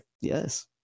yes